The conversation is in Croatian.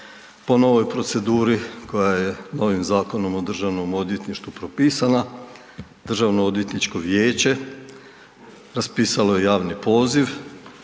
Po novoj proceduri koja je novim Zakonom o državnom odvjetništvu propisana Državno odvjetničko vijeće raspisalo je javni poziv